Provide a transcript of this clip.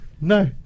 no